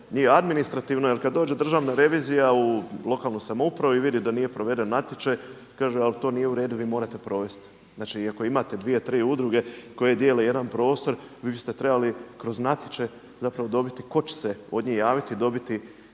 i administrativno jer kada dođe državna revizija u lokalnu samoupravu i vidi da nije proveden natječaj kaže ali to nije u redu, vi morate provesti. Znači i ako imate dvije, tri udruge koje dijele jedan prostor vi biste trebali kroz natječaj zapravo dobiti tko će se od njih javiti i dobiti